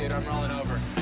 and i'm rollin' over.